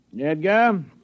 Edgar